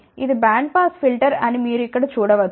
ఇది band pass filter అని మీరు ఇక్కడ చూడ వచ్చు